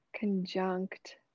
conjunct